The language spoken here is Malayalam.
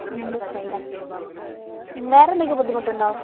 രണ്ട് ദിവസമായി അല്ലേ വേറെ എന്തെങ്കിലും ബുദ്ധിമുട്ട് ഉണ്ടോ